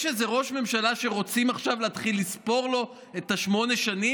יש איזה ראש ממשלה שרוצים עכשיו להתחיל לספור לו את שמונה השנים,